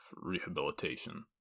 rehabilitation